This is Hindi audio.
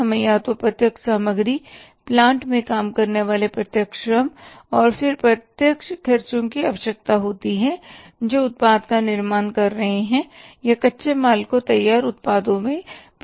हमें या तो प्रत्यक्ष सामग्री प्लांट में काम करने वाले प्रत्यक्ष श्रम और फिर प्रत्यक्ष खर्चों की आवश्यकता होती है जो उत्पाद का निर्माण कर रहे हैं या कच्चे माल को तैयार उत्पादों में परिवर्तित कर रहे हैं